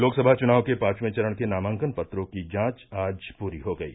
लोकसभा चुनाव के पांचवें चरण के नामांकन पत्रों की जांच आज पूरी हो गयी